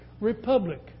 republic